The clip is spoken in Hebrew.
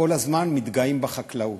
כל הזמן מתגאים בחקלאות.